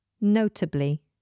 notably